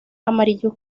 amarillo